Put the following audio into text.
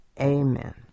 Amen